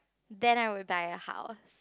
then I would buy a house